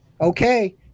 Okay